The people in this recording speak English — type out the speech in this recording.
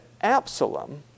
Absalom